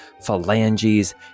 phalanges